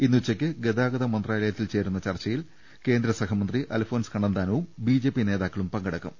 ഇന്നുച്ചയ്ക്ക് ഗതാഗത മന്ത്രാലയത്തിൽ ചേരുന്ന ചർച്ചയിൽ കേന്ദ്ര സഹമന്ത്രി അൽഫോൻസ് കണ്ണന്താനവും ബിജെപി നേതാക്കളും പങ്കെടുക്കും